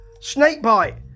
Snakebite